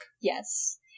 Yes